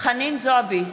חנין זועבי,